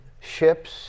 ships